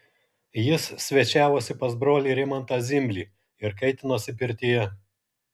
jis svečiavosi pas brolį rimantą zimblį ir kaitinosi pirtyje